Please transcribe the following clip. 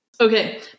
Okay